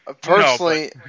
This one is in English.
personally